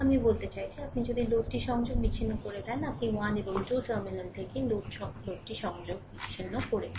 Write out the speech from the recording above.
আমি বলতে চাইছি আপনি যদি লোডটি সংযোগ বিচ্ছিন্ন করে দেন আপনি 1 এবং 2 টার্মিনাল থেকে লোডটি সংযোগ বিচ্ছিন্ন করেছেন